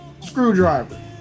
screwdriver